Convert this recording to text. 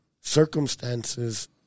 circumstances